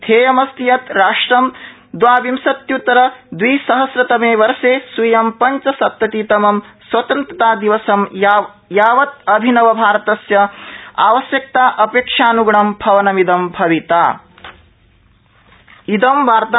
ध्येयमस्ति यत् राष्ट्रं दवाविंशत्य्तर द्विसहस्रतमे वर्ष स्वीयं पंचसप्ततितमं स्वतन्त्रतादिवसम् यावत् अभिनव भारतस्य आवश्यकता अपेक्षान्ग्णं भवनमिदं भविता